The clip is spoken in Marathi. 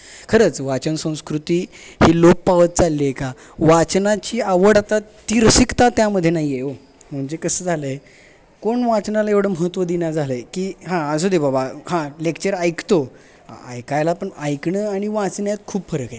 खरंच वाचन संस्कृती ही लोप पावत चालली आहे का वाचनाची आवड आता ती रसिकता त्यामधे नाही आहे ओ म्हणजे कसं झालं आहे कोण वाचनाला एवढं महत्व देईना झालं आहे की हां असू दे बाबा हां लेक्चर ऐकतो आ ऐकायला पण ऐकणं आणि वाचण्यात खूप फरक आहे